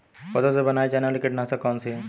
पौधों से बनाई जाने वाली कीटनाशक कौन सी है?